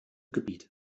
gebiet